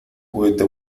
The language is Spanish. juguete